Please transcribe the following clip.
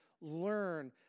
learn